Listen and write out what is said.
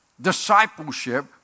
discipleship